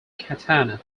katana